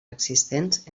existents